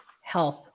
health